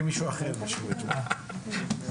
(נושא דברים בשפה האנגלית,